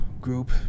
group